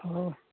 ହଁ